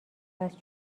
است